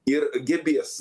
ir gebės